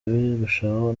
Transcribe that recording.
birushaho